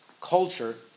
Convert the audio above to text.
culture